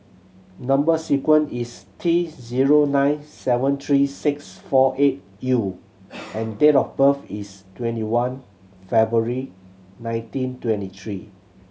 number sequence is T zero nine seven three six four eight U and date of birth is twenty one February nineteen twenty three